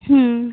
হুম